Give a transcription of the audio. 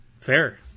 Fair